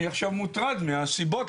אני עכשיו מוטרד מהסיבות